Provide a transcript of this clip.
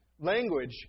Language